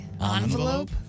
Envelope